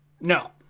no